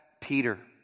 Peter